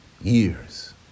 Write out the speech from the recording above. years